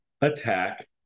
attack